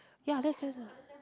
ya that's just